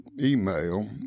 email